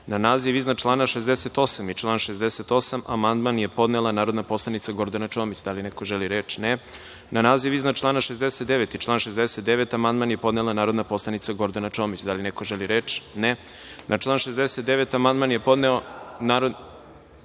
Na naziv iznad člana 65. i član 65. amandman je podnela narodna poslanica Gordana Čomić. Da li neko želi reč? (Ne)Na naziv iznad člana 66. i član 66. amandman je podnela narodna poslanica Gordana Čomić. Da li neko želi reč? (Ne)Na član 66. amandman je podnela narodna poslanica Sonja Pavlović. Da